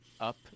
up